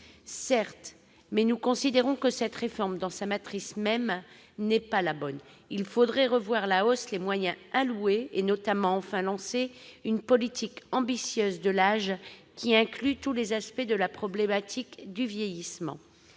Certes, mais nous considérons que cette réforme, dans sa matrice même, n'est pas la bonne : il faudrait revoir à la hausse les moyens alloués et, notamment, enfin lancer une politique ambitieuse de l'âge, incluant tous les aspects de la problématique du vieillissement.